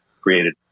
created